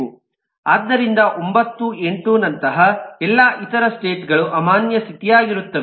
ಆದ್ದರಿಂದ 9 8 ನಂತಹ ಎಲ್ಲಾ ಇತರ ಸ್ಟೇಟ್ ಗಳು ಅಮಾನ್ಯ ಸ್ಥಿತಿಯಾಗಿರುತ್ತವೆ